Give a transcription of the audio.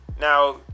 Now